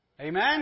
Amen